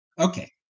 Okay